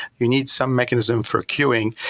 you need some mechanism for queueing,